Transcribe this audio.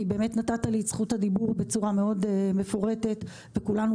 באמת נתת לי את זכות הדיבור בצורה מאוד מפורטת וכולנו